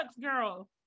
girl